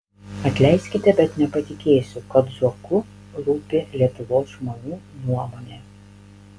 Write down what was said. atleiskite bet nepatikėsiu kad zuoku rūpi lietuvos žmonių nuomonė